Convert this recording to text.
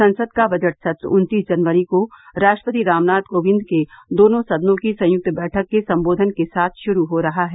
संसद का बजट सत्र उन्तीस जनवरी को राष्ट्रपति रामनाथ कोविंद के दोनों सदनों की संयुक्त बैठक के संबोधन के साथ शुरू हो रहा है